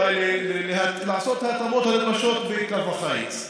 אולי לעשות את ההתאמות הנדרשות בקו החיץ.